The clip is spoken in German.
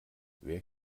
wer